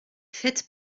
faites